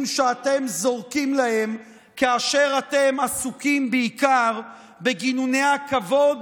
שאתם זורקים להם כאשר אתם עסוקים בעיקר בגינוני הכבוד,